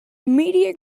media